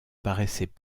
paraissaient